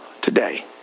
today